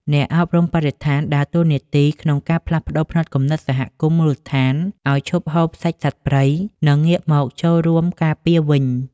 អ្នកអប់រំបរិស្ថានដើរតួនាទីក្នុងការផ្លាស់ប្តូរផ្នត់គំនិតសហគមន៍មូលដ្ឋានឱ្យឈប់ហូបសាច់សត្វព្រៃ និងងាកមកចូលរួមការពារវិញ។